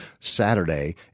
Saturday